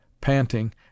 panting